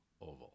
oval